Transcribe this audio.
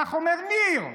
כך אומר ניר.